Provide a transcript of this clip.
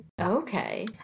Okay